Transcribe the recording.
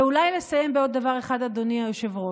ואולי נסיים בעוד דבר אחד, אדוני היושב-ראש.